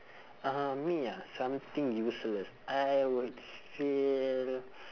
uh me ah something useless I would feel